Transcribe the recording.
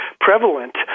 prevalent